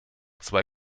zwei